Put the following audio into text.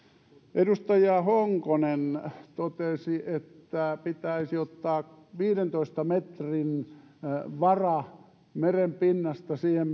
edustaja honkonen totesi että pitäisi ottaa viidentoista metrin vara merenpinnasta siihen